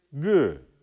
good